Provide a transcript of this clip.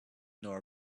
nor